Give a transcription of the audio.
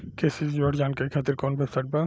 कृषि से जुड़ल जानकारी खातिर कोवन वेबसाइट बा?